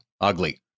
ugly